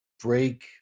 break